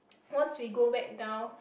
once we go back down